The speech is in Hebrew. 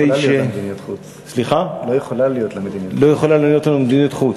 לא יכולה להיות לה מדיניות חוץ.